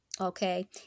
Okay